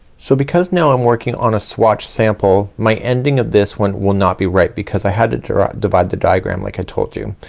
so because now i'm working on a swatch sample my ending of this one will not be right because i had to to divide the diagram like i told you.